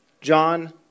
John